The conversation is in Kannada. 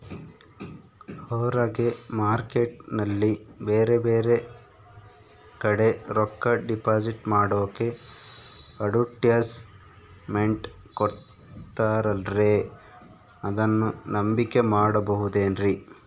ಹೊರಗೆ ಮಾರ್ಕೇಟ್ ನಲ್ಲಿ ಬೇರೆ ಬೇರೆ ಕಡೆ ರೊಕ್ಕ ಡಿಪಾಸಿಟ್ ಮಾಡೋಕೆ ಅಡುಟ್ಯಸ್ ಮೆಂಟ್ ಕೊಡುತ್ತಾರಲ್ರೇ ಅದನ್ನು ನಂಬಿಕೆ ಮಾಡಬಹುದೇನ್ರಿ?